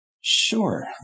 Sure